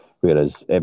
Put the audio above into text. Whereas